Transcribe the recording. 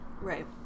Right